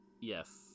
Yes